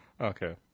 Okay